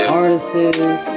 artists